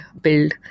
build